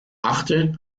achte